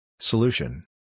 Solution